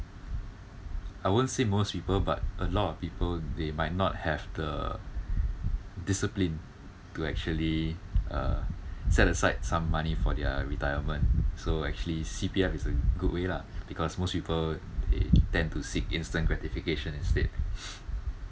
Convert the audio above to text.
I won't say most people but a lot of people they might not have the discipline to actually uh set aside some money for their retirement so actually C_P_F is a good way lah because most people they tend to seek instant gratification instead